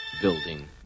Building